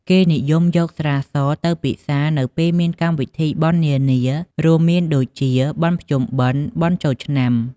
គេនិយមយកស្រាសទៅពិសានៅពេលមាន កម្មវិធីបុណ្យ នានា រួមមានដូចជាបុណ្យភ្ជុំបិណ្ឌ បុណ្យចូលឆ្នាំ។